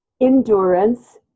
endurance